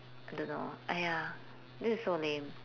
I don't know !aiya! this is so lame